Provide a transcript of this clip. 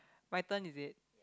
my turn is it